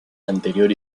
anterior